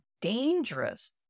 dangerous